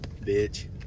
Bitch